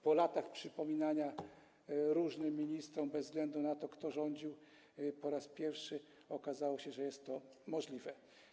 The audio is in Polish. Po latach przypominania o tym różnym ministrom, bez względu na to, kto rządził, po raz pierwszy okazało się, że jest to możliwe.